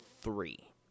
three